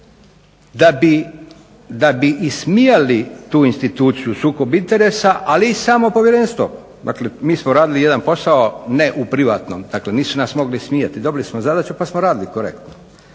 da bi ismijali tu instituciju sukob interesa, ali i samo povjerenstvo. Dakle, mi smo radili jedan posao ne u privatnom, dakle nisu nas mogli ismijati. Dobili smo zadaću pa smo radili korektno.